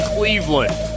Cleveland